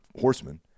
horsemen